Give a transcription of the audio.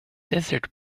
desert